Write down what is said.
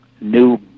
new